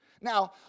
Now